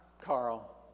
Carl